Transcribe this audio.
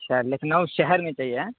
اچھا لکھنؤ شہر میں چاہیے ہاں